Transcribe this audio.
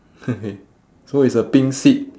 so it's a pink seat